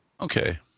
Okay